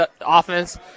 offense